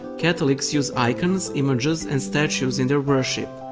catholics use icons, images and statues in their worship,